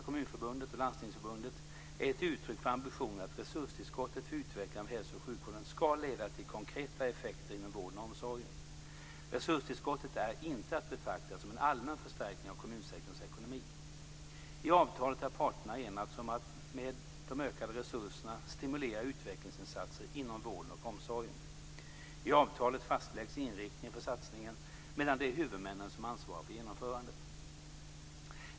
Kommunförbundet och Landstingsförbundet är ett uttryck för ambitionen att resurstillskottet för utvecklingen av hälso och sjukvården ska leda till konkreta effekter inom vården och omsorgen. Resurstillskottet är inte att betrakta som en allmän förstärkning av kommunsektorns ekonomi. I avtalet har parterna enats om att med de ökade resurserna stimulera utvecklingsinsatser inom vården och omsorgen. I avtalet fastläggs inriktningen för satsningen medan det är huvudmännen som ansvarar för genomförandet.